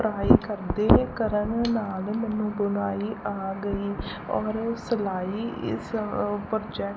try ਕਰਦੇ ਕਰਨ ਨਾਲ ਮੈਨੂੰ ਬੁਣਾਈ ਆ ਗਈ ਔਰ ਸਿਲਾਈ ਸ ਪ੍ਰੋਜੈਕਟ